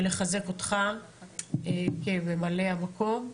ולחזק אותך כממלא המקום בתפקיד.